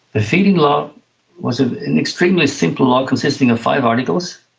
the feed-in law was ah an extremely simple law consisting of five articles,